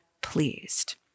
pleased